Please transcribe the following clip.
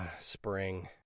Spring